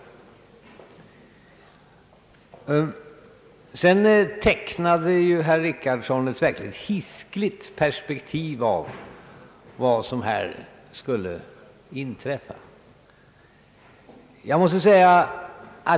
Herr Richardson tecknade ett verkligt hiskligt perspektiv av vad som här skulle kunna inträffa.